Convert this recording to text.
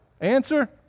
Answer